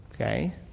okay